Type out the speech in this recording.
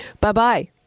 Bye-bye